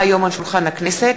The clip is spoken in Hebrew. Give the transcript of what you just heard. כי הונחה היום על שולחן הכנסת,